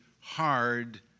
hard